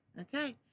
okay